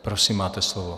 Prosím, máte slovo.